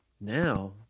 Now